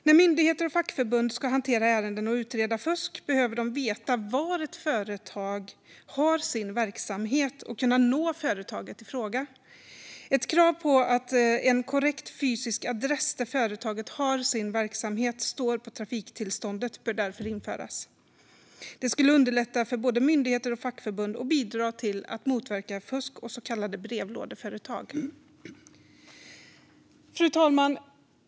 När myndigheter och fackförbund ska hantera ärenden och utreda fusk behöver de veta var ett företag har sin verksamhet och kunna nå företaget i fråga. Ett krav på att en korrekt fysisk adress där företaget har sin verksamhet står på trafiktillståndet bör därför införas. Det skulle underlätta för både myndigheter och fackförbund och bidra till att motverka fusk och så kallade brevlådeföretag. Fru talman!